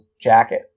jacket